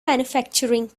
manufacturing